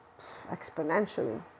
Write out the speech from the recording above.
exponentially